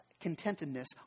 contentedness